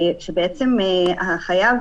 שהחייב